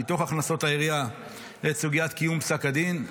מתוך הכנסות העירייה את סוגיית קיום פסק הדין.